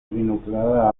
vinculada